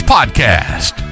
Podcast